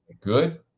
good